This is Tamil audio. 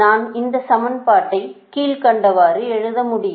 நான் இந்த சமன்பாட்டை கீழ்க்கண்டவாறு எழுத முடியும்